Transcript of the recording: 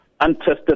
untested